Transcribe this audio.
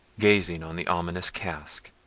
gazing on the ominous casque,